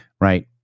Right